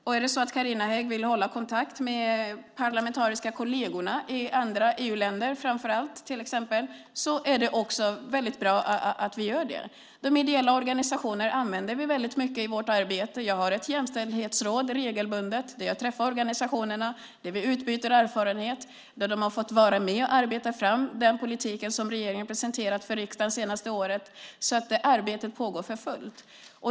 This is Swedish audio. Om Carina Hägg vill hålla kontakt med de parlamentariska kollegerna framför allt i andra EU-länder är det bra att hon gör det. De ideella organisationerna använder vi mycket i vårt arbete. Jag har ett jämställdhetsråd regelbundet där jag träffar organisationerna. Vi utbyter erfarenheter. De har varit med och arbetat fram den politik som regeringen har presenterat för riksdagen det senaste året. Arbetet pågår för fullt.